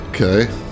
Okay